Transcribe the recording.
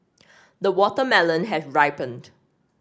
the watermelon has ripened